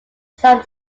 some